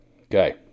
okay